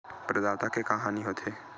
प्रदाता के का हानि हो थे?